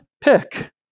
Pick